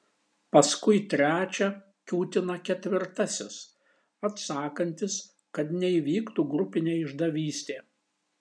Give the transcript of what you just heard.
paskui trečią kiūtina ketvirtasis atsakantis kad neįvyktų grupinė išdavystė